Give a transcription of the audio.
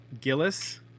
Gillis